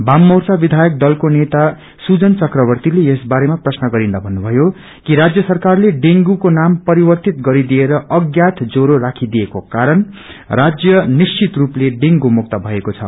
वाममोंचा विधयक दलको नेता सुजन चक्रवतीले यस बारेमा प्रश्न गरिन्दा भन्नुभवो कि रातय सरकारले डेंग्री नाम परिवर्तित गरिदिएर अज्ञात ज्वरो राखिदिएको कारण राज्य निश्चित रूपले डेंग्र मुक्त भएको छ